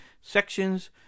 sections